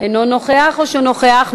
איננו נוכח או שנוכח?